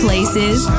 places